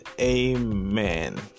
amen